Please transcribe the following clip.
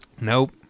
Nope